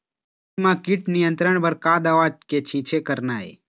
भिंडी म कीट नियंत्रण बर का दवा के छींचे करना ये?